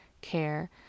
care